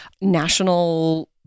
national